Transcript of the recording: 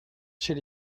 chez